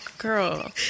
girl